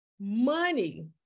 money